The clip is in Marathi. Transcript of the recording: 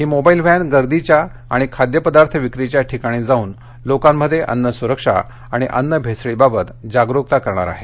ही मोबाइल व्हॅन गर्दीच्या आणि खाद्यपदार्थ विक्रीच्या ठिकाणी जाऊन लोकांमध्ये अन्न सुरक्षा आणि अन्न भेसळीबाबत जागरूकता करणार आहे